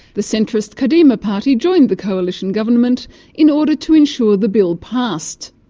the centrist kadima party joined the coalition government in order to ensure the bill passed.